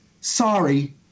sorry